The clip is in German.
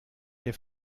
der